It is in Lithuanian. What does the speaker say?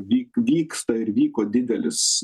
vyk vyksta ir vyko didelis